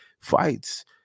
fights